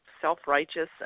self-righteous